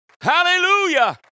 Hallelujah